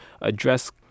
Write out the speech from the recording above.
address